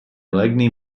allegheny